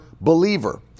believer